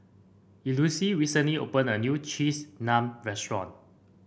Elouise recently opened a new Cheese Naan Restaurant